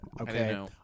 Okay